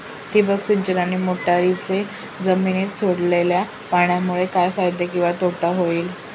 ठिबक सिंचन आणि मोटरीने जमिनीत सोडलेल्या पाण्यामुळे काय फायदा किंवा तोटा होईल?